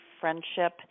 friendship